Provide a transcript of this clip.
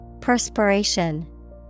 Perspiration